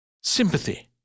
Sympathy